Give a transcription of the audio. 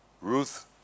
Ruth